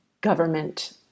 government